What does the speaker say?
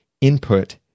input